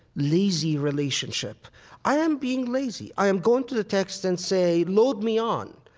lazy relationship. i am being lazy. i am going to the text and say, load me on.